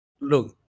Look